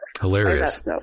hilarious